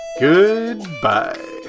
Goodbye